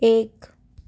एक